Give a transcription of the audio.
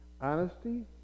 Honesty